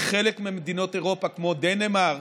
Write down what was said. בחלק ממדינות אירופה, כמו דנמרק,